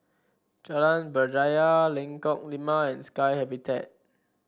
Jalan Berjaya Lengkok Lima and Sky Habitat